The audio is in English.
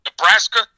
Nebraska